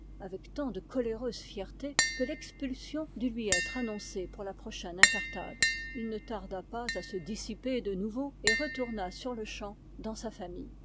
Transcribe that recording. avec tant de coléreuse fierté que l'expulsion dut lui être annoncée pour la prochaine incartade il ne tarda pas à se dissiper de nouveau et retourna sur-le-champ dans sa famille